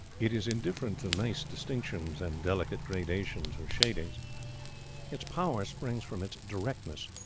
it is indifferent to nice distinctions and delicate gradations or shadings its power springs from its directness,